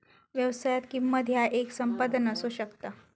व्यवसायात, किंमत ह्या येक संपादन असू शकता